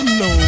no